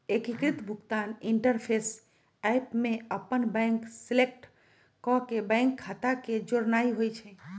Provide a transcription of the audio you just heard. एकीकृत भुगतान interface app में अप्पन बैंक सेलेक्ट क के बैंक खता के जोड़नाइ होइ छइ